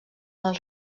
del